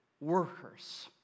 workers